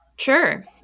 Sure